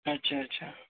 अच्छा अच्छा